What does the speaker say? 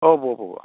ഓ പോവാം പോവാം